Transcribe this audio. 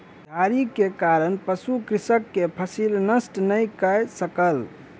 झाड़ी के कारण पशु कृषक के फसिल नष्ट नै कय सकल